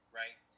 right